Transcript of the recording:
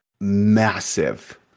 massive